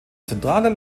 zentraler